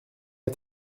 est